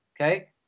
okay